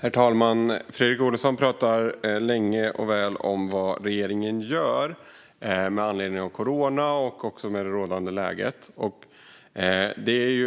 Herr talman! Fredrik Olovsson talar länge och väl om vad regeringen gör med anledning av coronaepidemin och det rådande läget. Det